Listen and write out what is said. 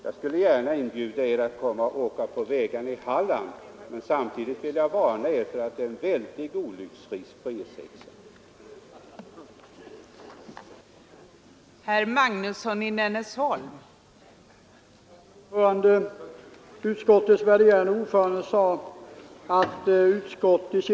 Jag skulle gärna inbjuda er att komma och åka på vägarna i Halland, men samtidigt vill jag varna er för den stora olycksrisken på E 6.